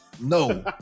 no